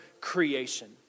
creation